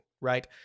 right